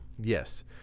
Yes